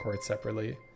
separately